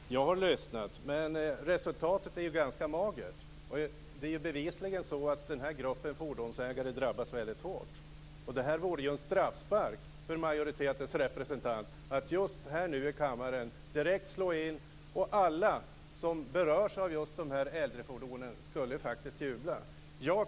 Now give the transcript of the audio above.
Fru talman! Jag har lyssnat, men resultatet är ju ganska magert. Den här gruppen fordonsägare drabbas väldigt hårt. Att här och nu i kammaren direkt slå till vore som en straffspark för majoritetens representant. Alla som berörs av de äldre fordonen skulle faktiskt jubla då.